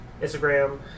Instagram